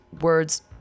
words